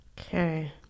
Okay